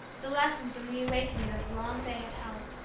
the lessons and the awakening that the long day had held.